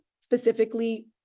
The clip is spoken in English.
specifically